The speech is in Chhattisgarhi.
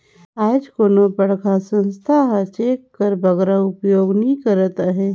आएज कोनोच बड़खा संस्था हर चेक कर बगरा उपयोग नी करत अहे